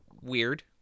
weird